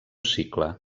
cicle